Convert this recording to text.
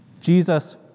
Jesus